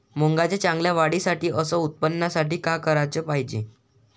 मुंगाच्या चांगल्या वाढीसाठी अस उत्पन्नासाठी का कराच पायजे?